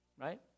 right